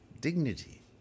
dignity